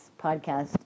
podcast